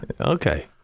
Okay